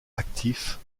actif